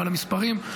אבל המספרים,